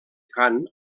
cant